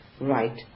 right